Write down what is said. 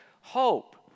hope